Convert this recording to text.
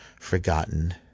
forgotten